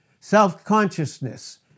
self-consciousness